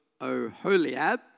Oholiab